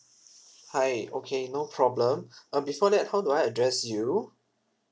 hi okay no problem uh before that how do I address you